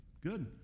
Good